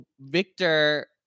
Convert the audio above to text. Victor